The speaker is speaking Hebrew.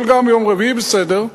אבל גם יום רביעי בסדר,